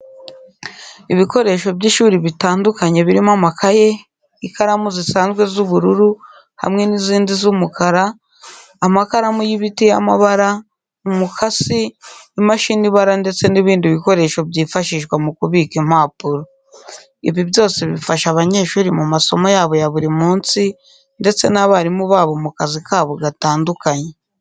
Ibikoresho by’ishuri bitandukanye birimo amakaye, ikaramu zisanzwe z'ubururu hamwe n'izindi z'umukara, amakaramu y'ibiti y’amabara, umukasi, imashini ibara ndetse n’ibindi bikoresho byifashishwa mu kubika impapuro. Ibi byose bifasha abanyeshuri mu masomo yabo ya buri munsi ndetse n’abarimu babo mu kazi kabo gatandukanye.